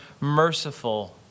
merciful